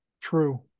true